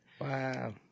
Wow